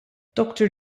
doctor